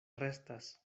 restas